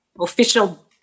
Official